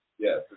Yes